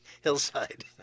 hillside